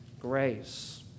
grace